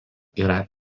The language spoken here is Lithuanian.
yra